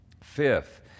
Fifth